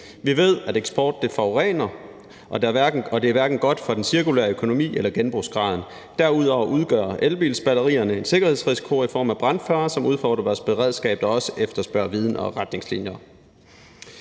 Vi ved, at eksport forurener, og eksport er hverken godt for den cirkulære økonomi eller genbrugesgraden. Derudover udgør elbilsbatterierne en sikkerhedsrisiko i form af brandfare, som udfordrer vores beredskab, der også efterspørger viden og retningslinjer.